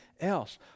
else